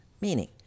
meaning